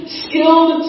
skilled